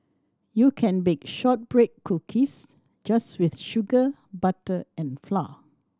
you can bake shortbread cookies just with sugar butter and flour